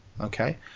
Okay